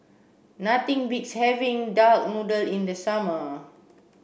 nothing beats having duck noodle in the summer